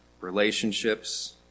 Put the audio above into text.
relationships